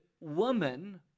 Woman